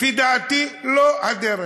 לפי דעתי, לא הדרך.